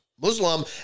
Muslim